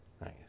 Nice